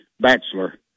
bachelor